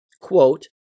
Quote